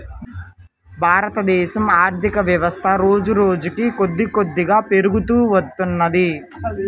భారతదేశ ఆర్ధికవ్యవస్థ రోజురోజుకీ కొద్దికొద్దిగా పెరుగుతూ వత్తున్నది